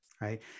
right